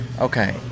Okay